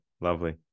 lovely